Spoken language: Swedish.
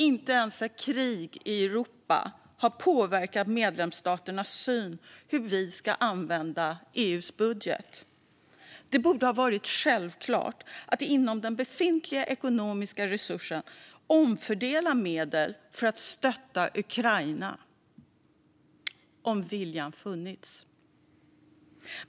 Inte ens ett krig i Europa har påverkat medlemsstaternas syn på hur vi ska använda EU:s budget. Det borde ha varit självklart att inom de befintliga ekonomiska resurserna omfördela medel för att stötta Ukraina - om viljan funnits.